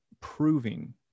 proving